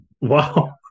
Wow